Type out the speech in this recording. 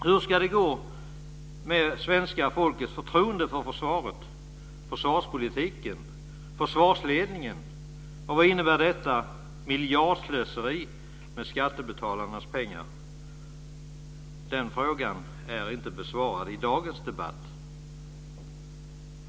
Hur ska det gå med svenska folkets förtroende för försvaret, försvarspolitiken och försvarsledningen? Vad innebär detta miljardslöseri med skattebetalarnas pengar? Den frågan är inte besvarad i dagens debatt.